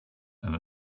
and